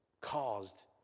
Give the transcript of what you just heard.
caused